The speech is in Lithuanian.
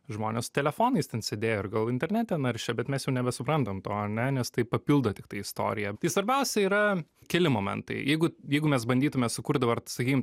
žmonės su telefonais ten sėdėjo ir gal internete naršė bet mes jau nebesuprantam to ane nes tai papildo tiktai istoriją tai svarbiausia yra keli momentai jeigu jeigu mes bandytume sukurt dabar sakykim